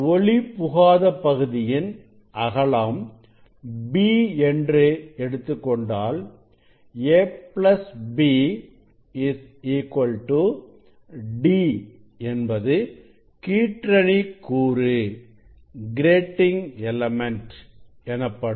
ஒளி புகாத பகுதியின் அகலம் b என்று எடுத்துக் கொண்டால் a b d என்பது கீற்றணி கூறு எனப்படும்